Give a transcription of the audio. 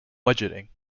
budgeting